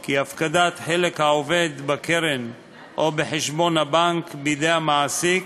כי הפקדת חלק העובד בקרן או בחשבון הבנק בידי המעסיק